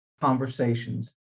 conversations